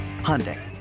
Hyundai